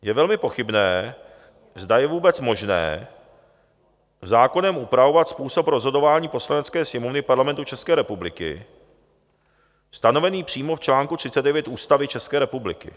Je velmi pochybné, zda je vůbec možné zákonem upravovat způsob rozhodování Poslanecké sněmovny Parlamentu České republiky stanovený přímo v článku 39 Ústavy České republiky.